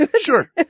Sure